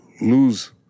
lose